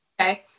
Okay